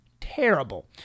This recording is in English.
terrible